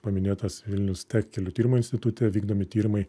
paminėtas vilnius tech kelių tyrimo institute vykdomi tyrimai